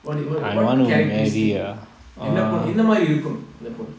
what do you what what characteristic என்ன பொன் என்னமாரி இருக்கும் அந்த பொன்:enna pon ennamaari irukum antha pon